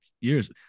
years